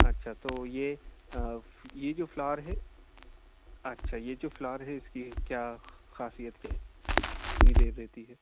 اچھا تو یہ یہ جو فلاور ہے اچھا یہ جو فلاور ہے اس کی کیا خاصیت کیا ہے کتنی دیر رہتی ہے